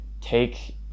take